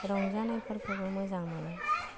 रंजानायफोरखौबो मोजां मोनो